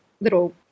little